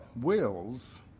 wills